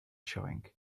showing